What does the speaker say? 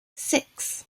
six